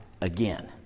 again